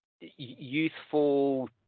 youthful